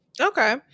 Okay